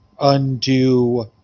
undo